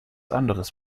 anderes